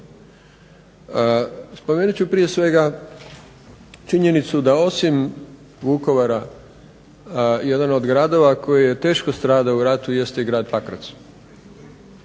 Spomenut ću prije svega činjenicu da osim Vukovara jedan od gradova koji je teško stradao u ratu jeste i grad Pakrac.